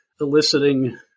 eliciting